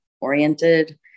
oriented